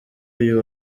uyu